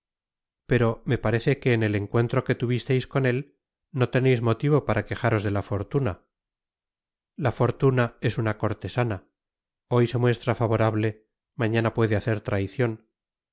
pero me parece que en el encuentro que tuvisteis con él no teneis motivo para quejaros de la fortuna la fortuna es una cortesana hoy se muestra favorable mañana puede hacer traicion